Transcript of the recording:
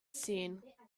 seen